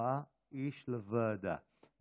עשרה איש לוועדה.